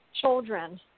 children